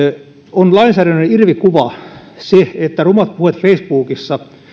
on lainsäädännön irvikuva että rumat puheet facebookissa